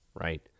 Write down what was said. right